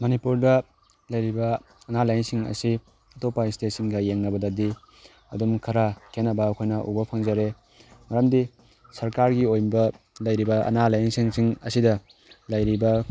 ꯃꯅꯤꯄꯨꯔꯗ ꯂꯩꯔꯤꯕ ꯑꯅꯥ ꯂꯥꯏꯌꯦꯡꯁꯤꯡ ꯑꯁꯤ ꯑꯇꯣꯞꯄ ꯏꯁꯇꯦꯠ ꯁꯤꯡꯒ ꯌꯦꯡꯅꯕꯗꯗꯤ ꯑꯗꯨꯝ ꯈꯔ ꯈꯦꯠꯅꯕ ꯑꯩꯈꯣꯏꯅ ꯎꯕ ꯐꯪꯖꯔꯦ ꯃꯔꯝꯗꯤ ꯁꯔꯀꯥꯔꯒꯤ ꯑꯣꯏꯕ ꯂꯩꯔꯤꯕ ꯑꯅꯥ ꯂꯥꯏꯌꯦꯡ ꯁꯪꯁꯤꯡ ꯑꯁꯤꯗ ꯂꯩꯔꯤꯕ